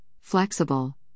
flexible